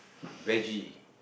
veggie